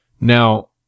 Now